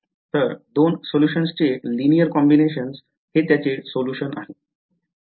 तर दोन सोल्युशन्स चे लिनिअर कॉम्बिनेशन्स हे त्याचे सोलुशन आहे